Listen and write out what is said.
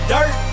Dirt